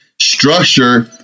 Structure